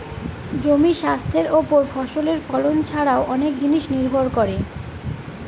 জমির স্বাস্থ্যের ওপর ফসলের ফলন ছারাও অনেক জিনিস নির্ভর করে